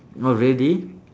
oh really